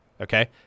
okay